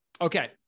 Okay